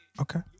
Okay